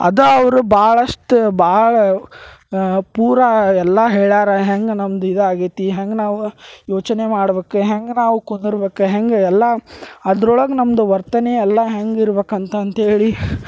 ಅದ ಅವ್ರು ಭಾಳಷ್ಟು ಭಾಳ ಪೂರಾ ಎಲ್ಲಾ ಹೇಳಾರ ಹೆಂಗೆ ನಮ್ದು ಇದ ಆಗೈತಿ ಹೆಂಗೆ ನಾವು ಯೋಚನೆ ಮಾಡ್ಬೇಕು ಹೆಂಗೆ ನಾವು ಕುಂದಿರ್ಬೇಕು ಹೆಂಗೆ ಎಲ್ಲಾ ಅದ್ರೊಳಗೆ ನಮ್ದು ವರ್ತನೆ ಎಲ್ಲ ಹೆಂಗೆ ಇರ್ಬೇಕು ಅಂತಂತ್ಹೇಳಿ